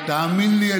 תאמין לי,